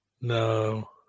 no